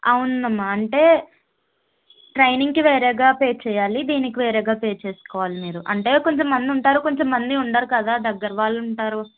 అవును అమ్మా అంటే ట్రైనింగ్కి వేరుగా పే చేయాలి దీనికి వేరుగా పే చేసుకోవాలి మీరు అంటే కొంతమంది ఉంటారు కొంతమంది ఉండరు కదా దగ్గర వాళ్ళు ఉంటారు